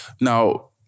now